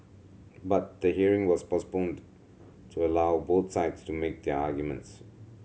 but the hearing was postponed to allow both sides to make their arguments